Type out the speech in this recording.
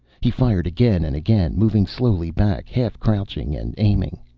he fired again and again, moving slowly back, half-crouching and aiming.